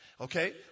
Okay